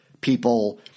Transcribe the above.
people